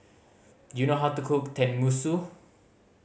do you know how to cook Tenmusu